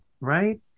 right